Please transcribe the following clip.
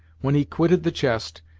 when he quitted the chest,